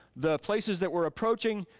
the places that we're approaching,